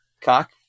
cock